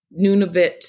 Nunavut